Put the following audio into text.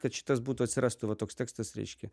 kad šitas būtų atsirastų va toks tekstas reiškia